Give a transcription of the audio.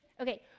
Okay